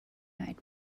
eyed